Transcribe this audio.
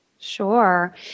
Sure